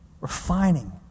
refining